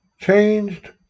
changed